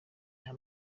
nta